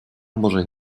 może